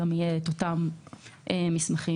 יהיו אותם מסמכים.